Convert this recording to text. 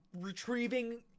retrieving